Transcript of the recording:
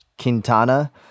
Quintana